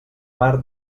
mar